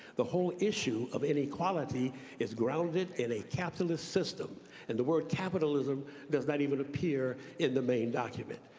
the whole issue of inequality is grounded in a capitalist system and the word capitalism does not even appear in the main document.